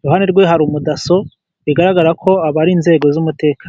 iruhande rwe hari umudaso, bigaragara ko aba ari inzego z'umutekano.